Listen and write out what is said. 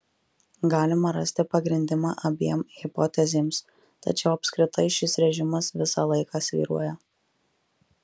galima rasti pagrindimą abiem hipotezėms tačiau apskritai šis režimas visą laiką svyruoja